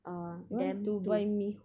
uh them to